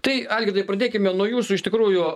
tai algirdai pradėkime nuo jūsų iš tikrųjų